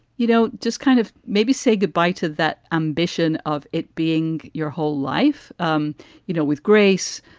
you know, just kind of maybe say goodbye to that ambition of it being your whole life, um you know, with grace,